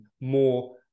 more